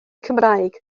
cymraeg